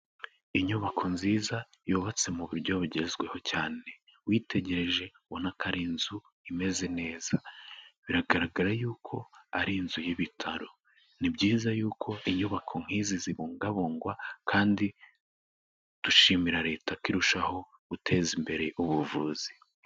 Inyubako nziza yubatse mu buryo bugezweho cyane, witegereje ubona ko ari inzu imeze neza, biragaragara yuko ari inzu y'ibitaro, ni byiza yuko inyubako nk'izi zibungabungwa kandi dushimira Leta irushaho guteza imbere ubuvuzi.